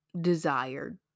desired